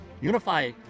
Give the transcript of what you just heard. unify